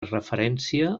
referència